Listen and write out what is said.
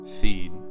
feed